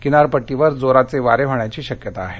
किनारपट्टीवर जोराचे वारे वाहण्याची शक्यता आहे